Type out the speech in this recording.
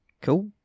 Cool